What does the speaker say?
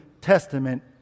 Testament